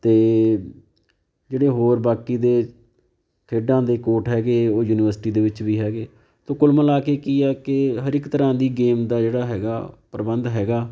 ਅਤੇ ਜਿਹੜੇ ਹੋਰ ਬਾਕੀ ਦੇ ਖੇਡਾਂ ਦੇ ਕੋਟ ਹੈਗੇ ਉਹ ਯੂਨੀਵਰਸਿਟੀ ਦੇ ਵਿੱਚ ਵੀ ਹੈਗੇ ਸੋ ਕੁੱਲ ਮਿਲਾ ਕੇ ਕੀ ਹੈ ਕਿ ਹਰ ਇੱਕ ਤਰ੍ਹਾਂ ਦੀ ਗੇਮ ਦਾ ਜਿਹੜਾ ਹੈਗਾ ਪ੍ਰਬੰਧ ਹੈਗਾ